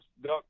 Duck